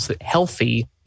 healthy